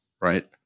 right